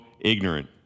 ignorant